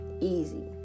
Easy